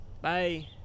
Bye